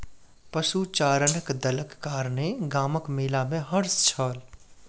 पशुचारणक दलक कारणेँ गामक मेला में हर्ष छल